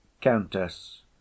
Countess